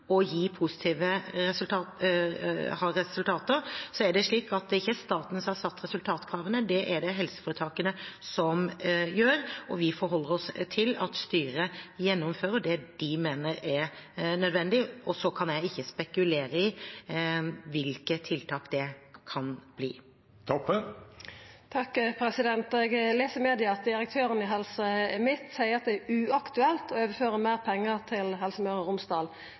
Så er det ikke staten som har satt resultatkravene, det er det helseforetakene som gjør. Vi forholder oss til at styret gjennomfører det de mener er nødvendig, og så kan jeg ikke spekulere i hvilke tiltak det kan bli. Eg les i media at direktøren i Helse Midt-Noreg seier at det er uaktuelt å overføra meir pengar til Helse Møre og Romsdal.